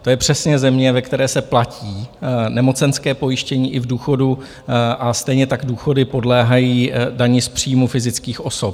To je přesně země, ve které se platí nemocenské pojištění i v důchodu, a stejně tak důchody podléhají dani z příjmu fyzických osob.